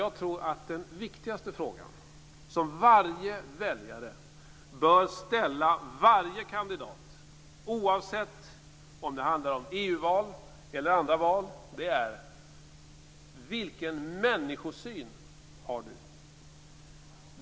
Jag tror att den viktigaste frågan, som varje väljare bör ställa varje kandidat, oavsett om det handlar om EU-val eller andra val, är vilken människosyn som kandidaten har.